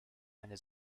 eine